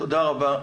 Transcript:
תודה רבה.